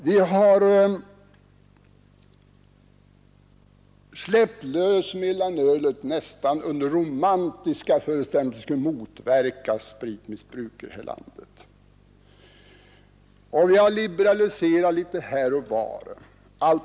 Vi har frisläppt mellanölet, under nästan romantiska föreställningar om att det skulle motverka spritmissbruket här i landet, och vi har liberaliserat litet här och var.